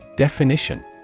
Definition